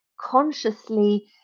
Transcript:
consciously